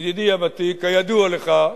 ידידי הוותיק, כידוע לך,